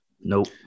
nope